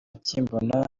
akimbona